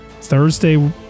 Thursday